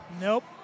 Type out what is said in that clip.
Nope